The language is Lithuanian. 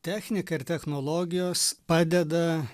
technika ir technologijos padeda